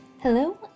Hello